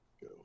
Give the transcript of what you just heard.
Go